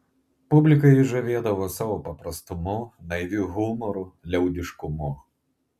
publiką jis žavėdavo savo paprastumu naiviu humoru liaudiškumu